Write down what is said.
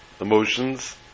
emotions